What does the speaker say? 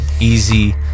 easy